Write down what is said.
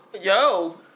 Yo